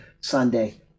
Sunday